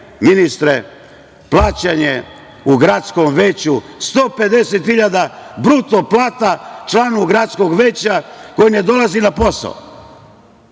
ministre, plaćanje u gradskom veću 150.000 bruto plata članu gradskog veća koji ne dolazi na posao